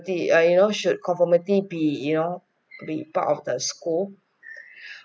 the err you know should conformity be you know be part of the school